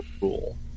rule